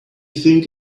think